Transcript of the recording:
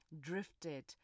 drifted